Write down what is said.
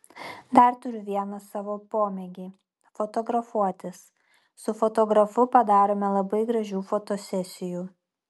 dar turiu vieną savo pomėgį fotografuotis su fotografu padarome labai gražių fotosesijų